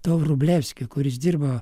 tuo vrublevskiu kuris dirbo